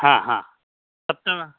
हा हा सप्तवा